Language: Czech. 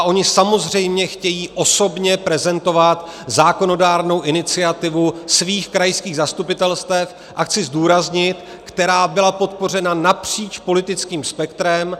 Oni samozřejmě chtějí osobně prezentovat zákonodárnou iniciativu svých krajských zastupitelstev a chci zdůraznit , která byla podpořena napříč politickým spektrem.